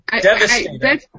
Devastating